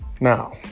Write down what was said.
Now